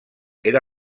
era